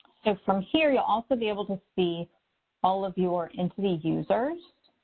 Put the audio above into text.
so from here, you'll also be able to see all of your entity users